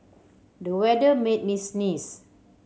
the weather made me sneeze